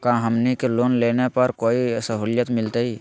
का हमनी के लोन लेने पर कोई साहुलियत मिलतइ?